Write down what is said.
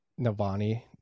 Navani